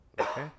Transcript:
Okay